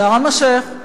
לשארם-א-שיח'